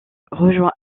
rejoint